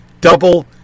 Double